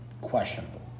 questionable